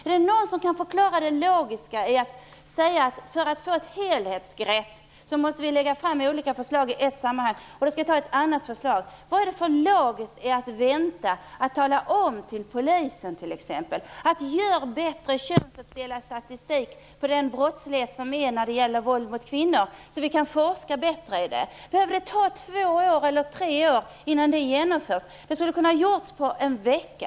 Är det någon som kan förklara det logiska i att säga att för att få ett helhetsgrepp måste förslagen läggas fram i ett sammanhang? Vad är det logiska i att vänta med att tala om för polisen att göra bättre könsuppdelad statistik i fråga om våld mot kvinnor? Då går forskningen bättre. Behöver det ta två tre år innan något sådant kan genomföras? Det skulle kunna göras på en vecka.